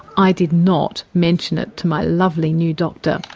i did not mention it to my lovely new doctor.